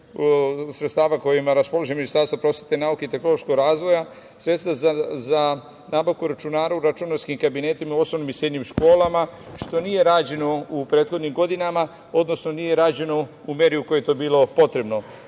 sredstava kojima raspolaže Ministarstvo prosvete i nauke i tehnološkog razvoja, sredstva za nabavku računara u računarskim kabinetima u osnovnim i srednjim školama, što nije rađeno u prethodnim godinama, odnosno nije rađeno u meri u kojoj je to bilo